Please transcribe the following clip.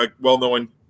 well-known